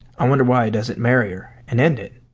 i wonder why he doesn't marry her and end it.